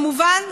כמובן,